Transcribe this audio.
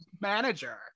manager